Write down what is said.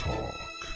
Talk